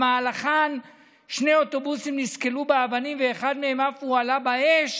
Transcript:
שבמהלכן שני אוטובוסים נסקלו באבנים ואחד מהם אף הועלה באש,